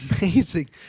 amazing